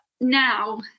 now